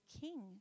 king